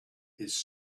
his